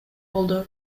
болду